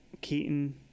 Keaton